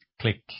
click